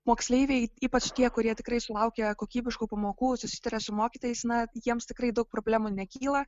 moksleiviai ypač tie kurie tikrai sulaukia kokybiškų pamokų susitaria su mokytojais na jiems tikrai daug problemų nekyla